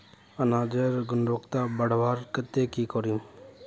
अनाजेर गुणवत्ता बढ़वार केते की करूम?